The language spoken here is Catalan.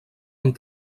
amb